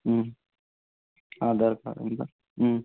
Aadhaar card ఇంకా